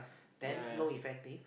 then no effective